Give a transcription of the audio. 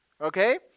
okay